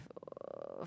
uh